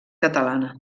catalana